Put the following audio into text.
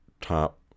top